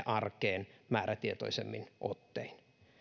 arkeen määrätietoisemmin ottein